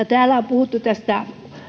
täällä on puhuttu näistä